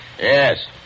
Yes